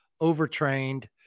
overtrained